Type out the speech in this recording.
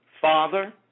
father